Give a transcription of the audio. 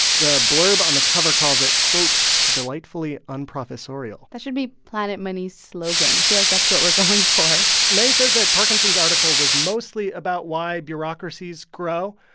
the blurb on the cover calls it, quote, delightfully unprofessorial. that should be planet money's slogan. i feel like that's what we're going for meng says that parkinson's article was mostly about why bureaucracies grow,